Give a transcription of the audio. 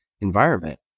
environment